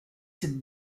cette